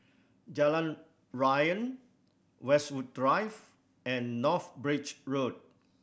Jalan Riang Westwood Drive and North Bridge Road